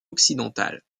occidentale